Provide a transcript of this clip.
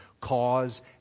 cause